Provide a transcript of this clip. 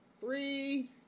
Three